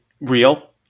real